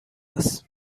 است